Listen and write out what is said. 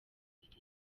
bibiri